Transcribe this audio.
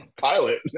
pilot